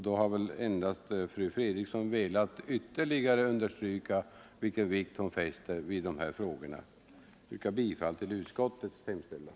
Då har väl fru Fredrikson endast velat ytterligare understryka vilken vikt hon fäster vid dessa frågor. Jag yrkar bifall till utskottets hemställan.